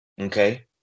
Okay